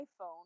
iPhone